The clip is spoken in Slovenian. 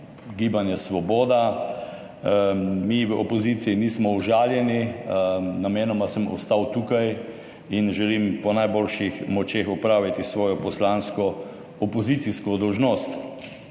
Gibanje Svoboda. Mi v opoziciji nismo užaljeni, namenoma sem ostal tukaj in želim po najboljših močeh opraviti svojo poslansko opozicijsko dolžnost.